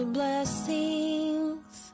blessings